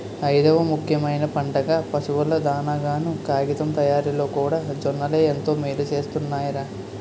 ఐదవ ముఖ్యమైన పంటగా, పశువుల దానాగాను, కాగితం తయారిలోకూడా జొన్నలే ఎంతో మేలుసేస్తున్నాయ్ రా